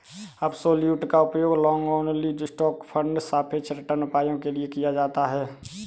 absolute का उपयोग long only stock fund सापेक्ष रिटर्न उपायों के लिए किया जाता है